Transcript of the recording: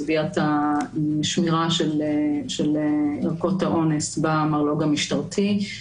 הסוגיה של שמירת ערכות האונס במרלו"ג המשטרתי.